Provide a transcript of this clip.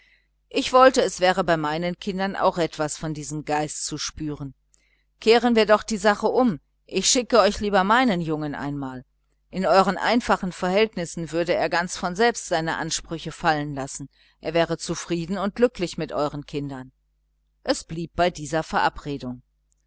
ich wollte es wäre bei meinen kindern auch etwas von diesem geist zu spüren kehren wir doch die sache um ich schicke euch lieber meinen jungen einmal in euren einfachen verhältnissen würde er ganz von selbst seine ansprüche fallen lassen er wäre zufrieden und glücklich mit euren kindern es blieb bei dieser verabredung